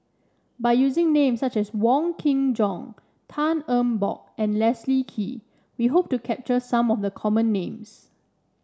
by using names such as Wong Kin Jong Tan Eng Bock and Leslie Kee we hope to capture some of the common names